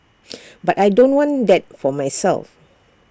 but I don't want that for myself